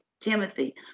Timothy